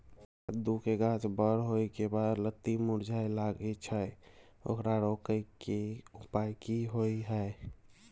कद्दू के गाछ बर होय के बाद लत्ती मुरझाय लागे छै ओकरा रोके के उपाय कि होय है?